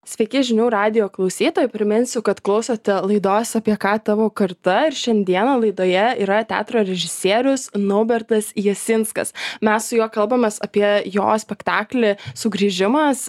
sveiki žinių radijo klausytojai priminsiu kad klausote laidos apie ką tavo karta ir šiandieną laidoje yra teatro režisierius naubertas jasinskas mes su juo kalbamės apie jo spektaklį sugrįžimas